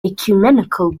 ecumenical